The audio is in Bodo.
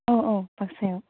औ औ बाक्सायाव